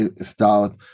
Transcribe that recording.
start